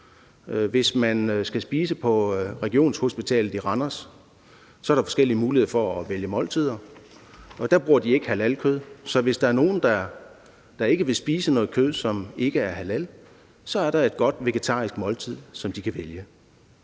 Hvis man skal spise på Regionshospitalet Randers, er der forskellige muligheder for at vælge måltider, og der bruger de ikke halalkød, så hvis der er nogen, der ikke vil spise noget kød, som ikke er halal, er der et godt vegetarisk måltid, som de kan vælge.